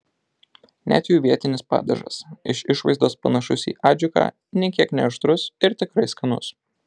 net jų vietinis padažas iš išvaizdos panašus į adžiką nė kiek neaštrus ir tikrai skanus